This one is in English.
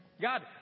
God